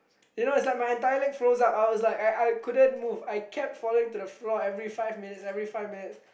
you know it's like my entire leg froze up I was like I I couldn't move I kept falling to the floor every five minutes every five minutes